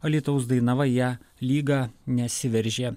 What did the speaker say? alytaus dainava į a lygą nesiveržė